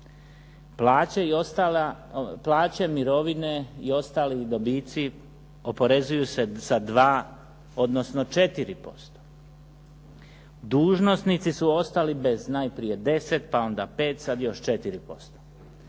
Plaće, mirovine i ostali dobici oporezuju se sa 2, odnosno 4%, dužnosnici su ostali bez najprije 10 pa onda 5, sad još 4%,